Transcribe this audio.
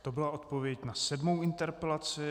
To byla odpověď na sedmou interpelaci.